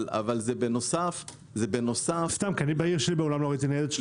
אני בעיר שלי מעולם לא ראיתי ניידת.